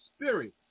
spirit